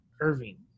Irving